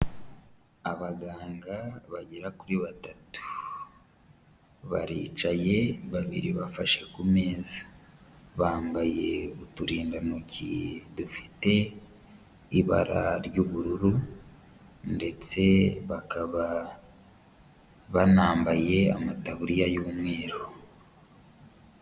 Abaganga bagera kuri batatu, baricaye babiri bafashe ku meza, bambaye uturindantoki dufite ibara ry'ubururu ndetse bakaba banambaye amataburiya y'umweru.